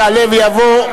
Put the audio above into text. יעלה ויבוא,